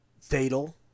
fatal